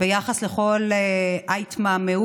ביחס לכל ההתמהמהות,